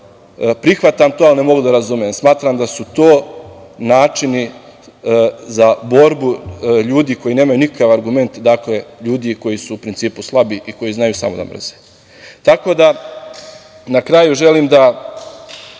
Prihvatam to, ali ne mogu da razumem. Smatram da su to načini za borbu ljudi koji nemaju nikakav argument, dakle ljudi koji su u principu slabi i koji znaju samo da mrze. Tako da, na kraju želim da